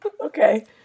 Okay